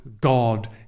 God